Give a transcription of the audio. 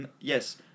yes